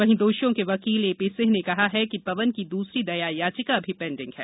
वहीं दोषियों के वकील ए पी सिंह ने कहा कि पवन की दूसरी दया याचिका अभी पैंडिंग है